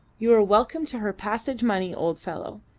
you are welcome to her passage money, old fellow,